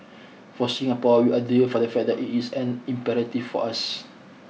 for Singapore we are driven from the fact that it is an imperative for us